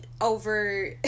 over